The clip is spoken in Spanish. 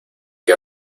que